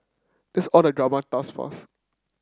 that's all the drama thus far